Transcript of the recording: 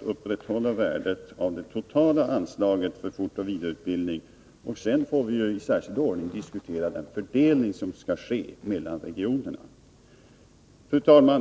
upprätthålla värdet av det totala anslaget för fortoch vidareutbildning. Sedan får vi diskutera fördelningen mellan regionerna. Fru talman!